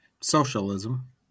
socialism